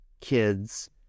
kids